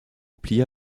plia